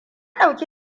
ɗauki